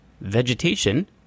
vegetation